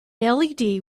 led